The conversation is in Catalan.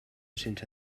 sense